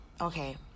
okay